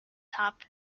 top